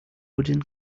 wooden